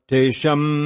Tesham